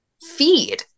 feed